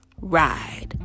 ride